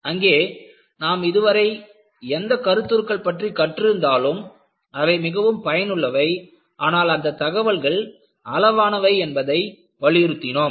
அங்கேநாம் இதுவரை எந்த கருத்துருக்கள் பற்றி கற்றிருந்தாலும் அவை மிகவும் பயனுள்ளவை ஆனால் அந்த தகவல்கள் அளவானவை என்பதை வலியுறுத்தினோம்